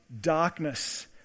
darkness